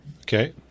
Okay